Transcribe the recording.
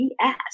bs